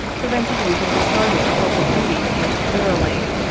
prevented you from discharging a public duty most thoroughly.